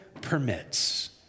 permits